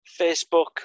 Facebook